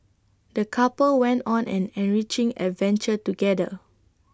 the couple went on an enriching adventure together